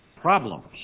problems